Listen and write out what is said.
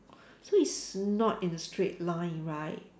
so it's not in a straight line right